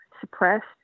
suppressed